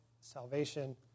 salvation